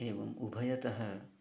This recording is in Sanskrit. एवम् उभयतः